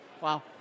Wow